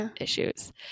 issues